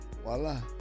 Voila